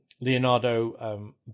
Leonardo